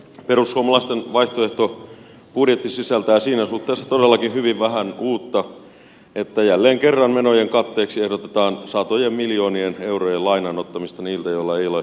perussuomalaisten vaihtoehtobudjetti sisältää siinä suhteessa todellakin hyvin vähän uutta että jälleen kerran menojen katteeksi ehdotetaan satojen miljoonien eurojen lainan ottamista niiltä joilla ei ole mitään